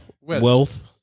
wealth